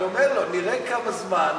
אני אומר לו: נראה כמה זמן.